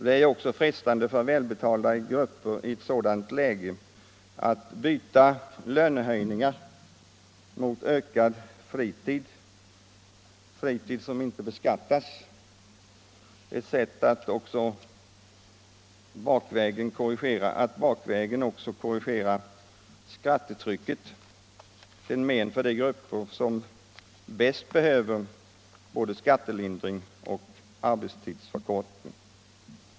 Det är ju också frestande för välbetalda grupper att byta löneförhöjning mot ökad fritid som inte beskatta — ett sätt att bakvägen korrigera skattetrycket till men för de grupper som bäst behöver både skattelindring och arbetstidsförkortning.